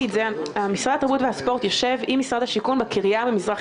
משרד התרבות והספורט יושב עם משרד השיכון בקריה במזרח